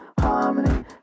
harmony